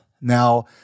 Now